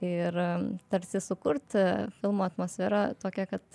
ir tarsi sukurt filmo atmosferą tokią kad